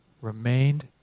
remained